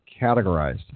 categorized